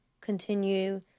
continue